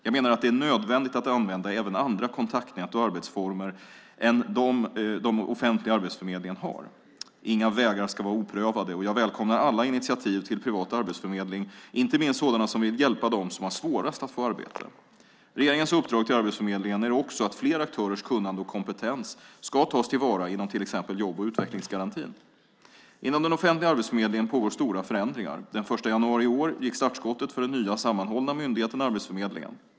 Jag menar att det är nödvändigt att använda även andra kontaktnät och arbetsformer än dem den offentliga arbetsförmedlingen har. Inga vägar ska vara oprövade. Jag välkomnar alla initiativ till privat arbetsförmedling, inte minst sådana som vill hjälpa dem som har svårast att få arbete. Regeringens uppdrag till Arbetsförmedlingen är också att fler aktörers kunnande och kompetens ska tas till vara inom till exempel jobb och utvecklingsgarantin. Inom den offentliga arbetsförmedlingen pågår stora förändringar. Den 1 januari i år gick startskottet för den nya sammanhållna myndigheten Arbetsförmedlingen.